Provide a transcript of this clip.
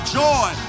joy